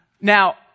Now